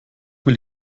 will